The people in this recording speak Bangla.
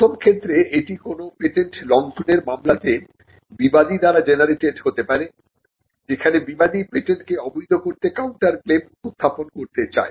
প্রথম ক্ষেত্রে এটি কোন পেটেন্ট লঙ্ঘনের মামলাতে বিবাদী দ্বারা জেনারেটেড হতে পারে যেখানে বিবাদী পেটেন্টকে অবৈধ করতে কাউন্টার ক্লেম উত্থাপন করতে চায়